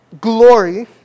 glory